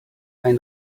ein